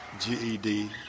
GED